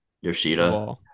Yoshida